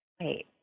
wait